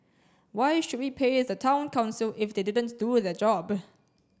why should we pay the Town Council if they didn't do their job